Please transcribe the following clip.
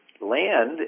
land